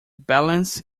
balance